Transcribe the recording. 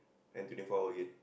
and twenty four hour again